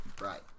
Right